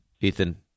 Ethan